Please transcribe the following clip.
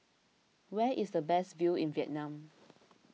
where is the best view in Vietnam